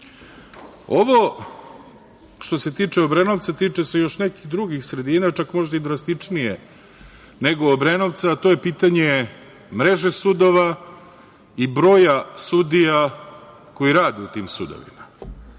se tiče Obrenovca, tiče se još nekih drugih sredina, čak možda i drastičnije nego Obrenovca, a to je pitanje mreže sudova i broja sudija koji rade u tim sudovima.